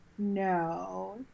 No